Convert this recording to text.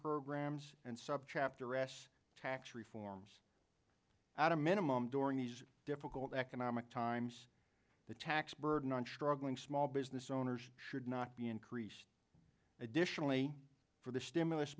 programs and subchapter s tax reforms out a minimum during these difficult economic times the tax burden on struggling small business owners should not be increased additionally for the stimulus